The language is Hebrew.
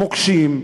מוקשים,